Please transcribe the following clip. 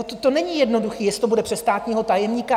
To není jednoduché jestli to bude přes státního tajemníka?